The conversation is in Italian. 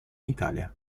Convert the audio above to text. italia